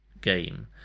game